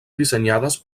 dissenyades